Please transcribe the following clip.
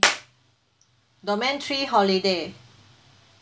domain three holiday